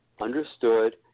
understood